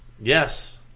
Yes